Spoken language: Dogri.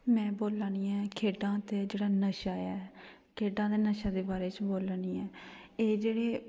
में बोला नी आं खेढां ते जेह्ड़ा नशा ऐ खेढां ते नशे दे बारे च बोला नी आं एह् जेह्ड़े